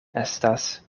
estas